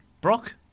Brock